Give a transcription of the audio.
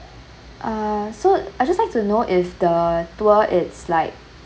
uh so i just want to know if the tour it's like